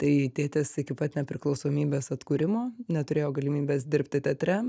tai tėtis iki pat nepriklausomybės atkūrimo neturėjo galimybės dirbti teatre